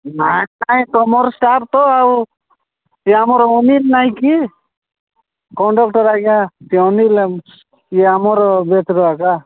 ନାଇଁ ନାଇଁ ତମର ଷ୍ଟାପ୍ ତ ଆଉ ସେ ଆମର ଅନିଲ ନାଇଁ କି କଣ୍ଡକ୍ଟର୍ ଆଜ୍ଞା ସେ ଅନିଲ ଇଏ ଆମର ବେଚ୍ର ଆକା